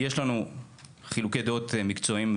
כן יש לנו חילוקי דעות מקצועיים,